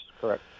correct